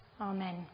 Amen